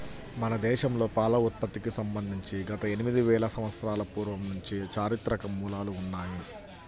మన దేశంలో పాల ఉత్పత్తికి సంబంధించి గత ఎనిమిది వేల సంవత్సరాల పూర్వం నుంచి చారిత్రక మూలాలు ఉన్నాయి